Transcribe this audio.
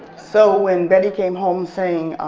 so when betty came home saying